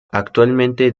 actualmente